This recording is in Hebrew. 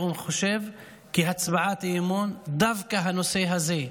אני חושב שדווקא הנושא הזה,